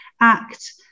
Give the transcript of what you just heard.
act